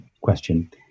question